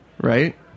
Right